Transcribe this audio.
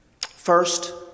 First